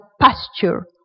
pasture